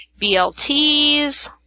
BLTs